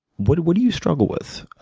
what do what do you struggle with,